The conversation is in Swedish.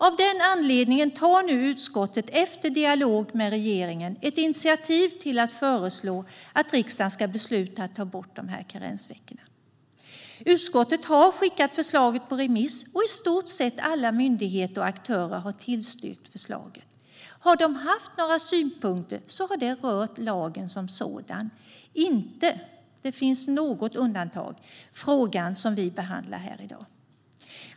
Av den anledningen tar nu utskottet, efter dialog med regeringen, ett initiativ till att föreslå att riksdagen ska besluta att ta bort karensveckorna. Utskottet har skickat förslaget på remiss, och i stort sett alla myndigheter och aktörer har tillstyrkt förslaget. Har de haft några synpunkter har de rört lagen som sådan och inte frågan vi behandlar här i dag, även om det finns något undantag.